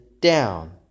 down